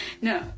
No